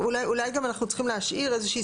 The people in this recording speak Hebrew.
אולי גם אנחנו צריכים להשאיר איזה שהיא